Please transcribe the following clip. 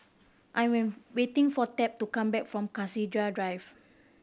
I waiting for Tab to come back from Cassia Drive